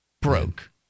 broke